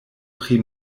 pri